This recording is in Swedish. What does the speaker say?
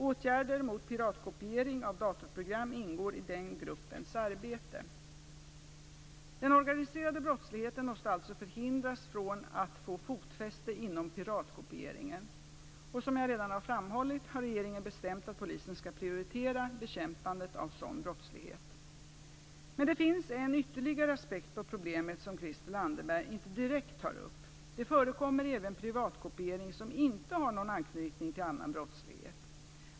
Åtgärder mot piratkopiering av datorprogram ingår i den gruppens arbete. Den organiserade brottsligheten måste alltså förhindras från att få fotfäste inom piratkopieringen, och som jag redan har framhållit har regeringen bestämt att polisen skall prioritera bekämpandet av sådan brottslighet. Men det finns en ytterligare aspekt på problemet som Christel Anderberg inte direkt tar upp. Det förekommer även piratkopiering som inte har någon anknytning till annan brottslighet.